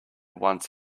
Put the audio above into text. once